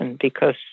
because-